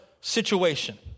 situation